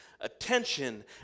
attention